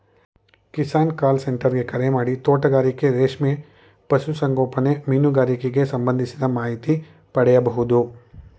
Kisan call centre ಗೆ ಕರೆಮಾಡಿ ತೋಟಗಾರಿಕೆ ರೇಷ್ಮೆ ಪಶು ಸಂಗೋಪನೆ ಮೀನುಗಾರಿಕೆಗ್ ಸಂಬಂಧಿಸಿದ ಮಾಹಿತಿ ಪಡಿಬೋದು